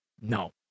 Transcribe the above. no